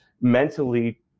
mentally